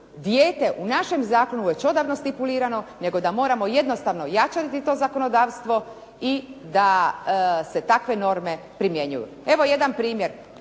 dijete u našem zakonu već odavno stipulirano nego da moramo jednostavno jačati to zakonodavstvo i da se takve norme primjenjuju. Evo jedan primjer.